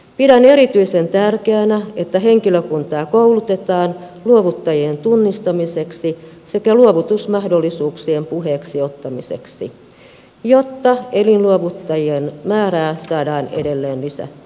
pidän erityisen tärkeänä että henkilökuntaa koulutetaan luovuttajien tunnistamiseksi sekä luovutusmahdollisuuksien puheeksi ottamiseksi jotta elinluovuttajien määrää saadaan edelleen lisättyä